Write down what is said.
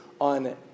on